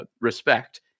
respect